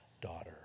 daughter